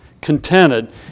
contented